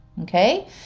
okay